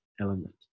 element